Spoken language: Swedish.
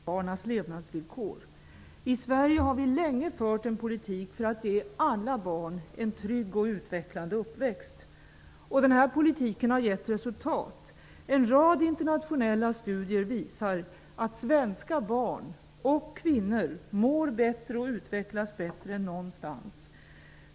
Herr talman! Hur väl ett samhälle fungerar speglas i barnens levnadsvillkor. I Sverige har vi länge fört en politik för att ge alla barn en trygg och utvecklande uppväxt. Den här politiken har gett resultat. En rad internationella studier visar att barn -- och kvinnor -- i Sverige mår bättre och utvecklas bättre än barn någon annanstans i världen.